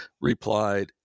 replied